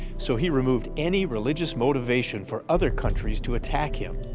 so, he removed any religious motivation for other countries to attack him.